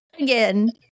Again